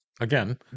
again